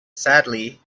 sadly